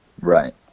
Right